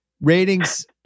Ratings